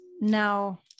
now